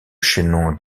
chaînon